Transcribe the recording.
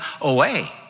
away